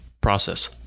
process